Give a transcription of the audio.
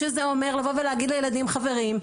שזה אומר לבוא ולהגיד לילדים - חברים,